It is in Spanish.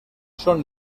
son